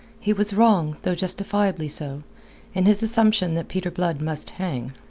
he was wrong though justifiably so in his assumption that peter blood must hang.